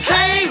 Hey